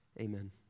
Amen